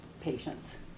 patients